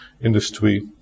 industry